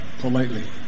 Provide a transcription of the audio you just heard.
politely